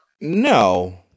No